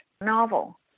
novel